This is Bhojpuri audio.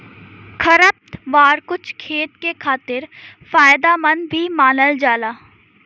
खरपतवार कुछ खेत के खातिर फायदेमंद भी मानल जाला